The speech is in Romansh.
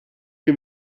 che